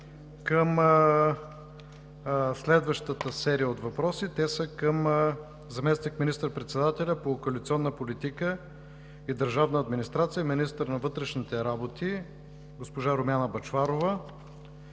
към следващата серия от въпроси. Те са към заместник министър-председателя по коалиционна политика и държавна администрация, министър на вътрешните работи госпожа Румяна Бъчварова.